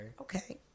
okay